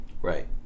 Right